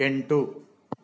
ಎಂಟು